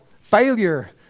failure